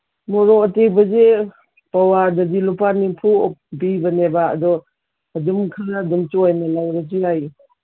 ꯃꯣꯔꯣꯛ ꯑꯇꯦꯛꯄꯁꯤ ꯄꯋꯥꯗꯗꯤ ꯂꯨꯄꯥ ꯅꯤꯐꯨ ꯄꯤꯕꯅꯦꯕ ꯑꯗꯨ ꯑꯗꯨꯝ ꯈꯔ ꯑꯗꯨꯝ ꯆꯣꯏꯅ ꯂꯧꯔꯁꯨ ꯌꯥꯏ